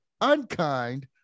unkind